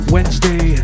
Wednesday